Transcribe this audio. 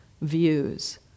views